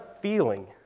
feeling